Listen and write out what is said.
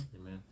Amen